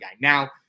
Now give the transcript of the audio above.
Now